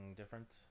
different